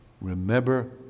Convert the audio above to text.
Remember